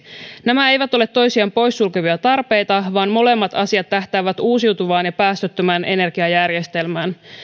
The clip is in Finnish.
nämä eivät ole toisiaan pois sulkevia tarpeita vaan molemmat asiat tähtäävät uusiutuvaan ja päästöttömään energiajärjestelmään